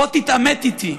בוא תתעמת איתי.